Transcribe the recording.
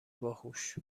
باهوش